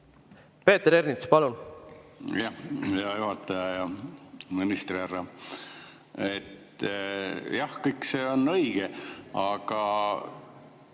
Peeter Ernits, palun! Hea juhataja! Hea ministrihärra! Jah, kõik see on õige, aga